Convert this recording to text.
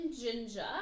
ginger